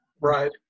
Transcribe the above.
Right